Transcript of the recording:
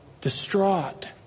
distraught